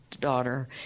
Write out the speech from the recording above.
daughter